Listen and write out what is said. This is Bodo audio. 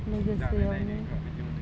लोगोसे आरो